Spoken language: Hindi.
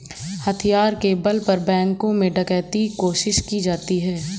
हथियार के बल पर बैंकों में डकैती कोशिश की जाती है